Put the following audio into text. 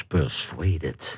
Persuaded